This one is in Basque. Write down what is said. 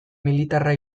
militarra